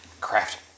craft